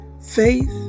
Faith